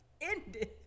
ended